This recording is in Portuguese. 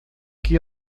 que